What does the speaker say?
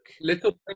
Little